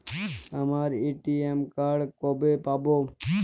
আমার ATM card কবে পাব?